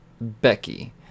Becky